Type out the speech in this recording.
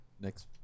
Next